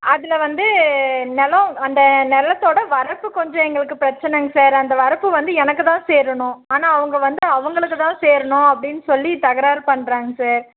அதில் வந்து நிலம் அந்த நிலத்தோட வரப்பு கொஞ்சம் எங்களுக்கு பிரச்சனைங்க சார் அந்த வரப்பு வந்து எனக்கு தான் சேரணும் ஆனால் அவங்க வந்து அவங்களுக்கு தான் சேரணும் அப்படின்னு சொல்லி தகராறு பண்ணுறாங்க சார்